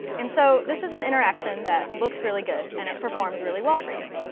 and so this is an interaction that looks really good, and it performs really well for you.